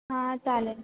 हां चालेल